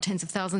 עשרות אלפים,